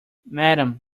madam